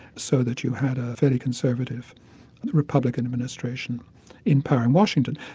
so that you had a fairly conservative republican administration in power in washington.